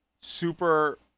Super